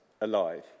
alive